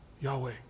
Yahweh